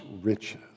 riches